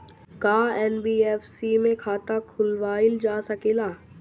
का एन.बी.एफ.सी में खाता खोलवाईल जा सकेला?